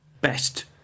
best